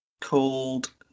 called